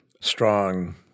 strong